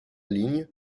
ligne